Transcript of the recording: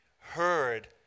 heard